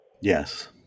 Yes